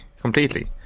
completely